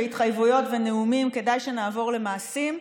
התחייבויות ונאומים כדאי שנעבור למעשים.